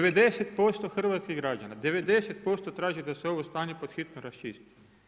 90% hrvatskih građana, 90% traži da se ovo stanje pod hitno raščisti.